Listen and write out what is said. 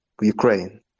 Ukraine